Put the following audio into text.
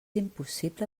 impossible